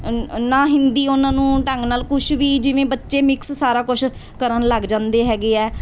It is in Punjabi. ਨਾ ਹਿੰਦੀ ਉਹਨਾਂ ਨੂੰ ਢੰਗ ਨਾਲ ਕੁਛ ਵੀ ਜਿਵੇਂ ਬੱਚੇ ਮਿਕਸ ਸਾਰਾ ਕੁਛ ਕਰਨ ਲੱਗ ਜਾਂਦੇ ਹੈਗੇ ਹੈ